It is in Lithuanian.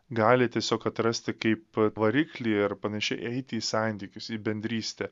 gali tiesiog atrasti kaip variklį ir panašiai eiti į santykius į bendrystę